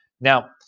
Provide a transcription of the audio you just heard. Now